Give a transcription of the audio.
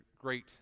great